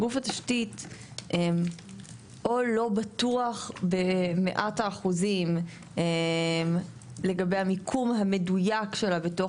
גוף התשתית או לא בטוח במאת האחוזים לגבי המיקום המדויק שלה בתוך